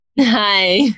Hi